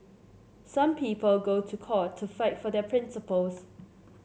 some people go to court to fight for their principles